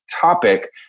topic